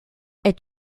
est